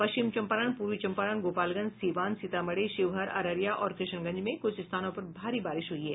पश्चिम चंपारण पूर्वी चंपारण गोपालगंज सीवान सीतामढ़ी शिवहर अररिया और किशनगंज में कुछ स्थानों पर भारी बारिश हुई है